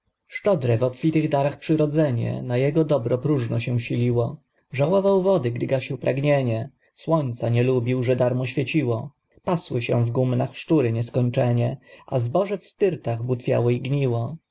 szczodre w obfitych darach przyrodzenie na jego dobro próżno się siliło żałował wody gdy gasił pragnienie słońca nie lubił że darmo świeciło pasły się w gumnach szczury nieskończenie a zboże w styrtach butwiało i gniło